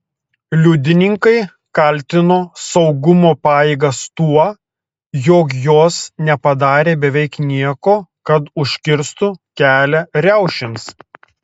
liudininkai kaltino saugumo pajėgas tuo jog jos nepadarė beveik nieko kad užkirstų kelią riaušėms